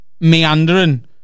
Meandering